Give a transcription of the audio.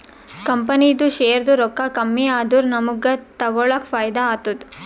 ಕಂಪನಿದು ಶೇರ್ದು ರೊಕ್ಕಾ ಕಮ್ಮಿ ಆದೂರ ನಮುಗ್ಗ ತಗೊಳಕ್ ಫೈದಾ ಆತ್ತುದ